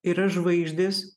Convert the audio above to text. yra žvaigždės